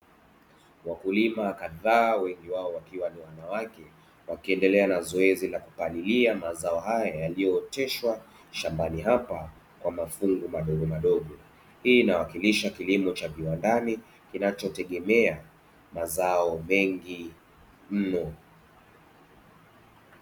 Wakulima kadhaa wengi wao wakiwa ni wanawake, wakiendelea na zoezi la kupalilia mazao haya yaliyooteshwa shambani hapa, kwa mafungu madogomadogo. Hii inawakilisha kilimo cha viwandani, kinachotegemea mazao mengi mno.